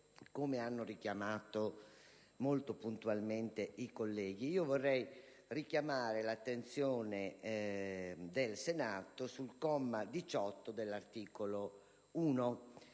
(come hanno richiamato molto puntualmente i colleghi), vorrei sottolineare l'attenzione del Senato sul comma 18 dell'articolo 1,